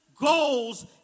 goals